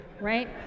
right